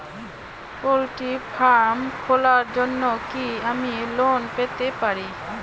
Poultry farm খোলার জন্য কি আমি লোন পেতে পারি?